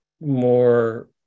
more